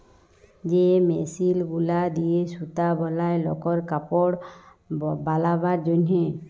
যে মেশিল গুলা দিয়ে সুতা বলায় লকর কাপড় বালাবার জনহে